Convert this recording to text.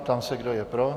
Ptám se, kdo je pro.